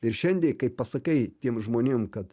ir šiandei kai pasakei tiem žmonėm kad